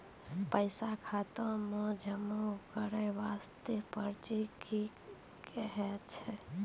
पैसा खाता मे जमा करैय वाला पर्ची के की कहेय छै?